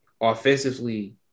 offensively –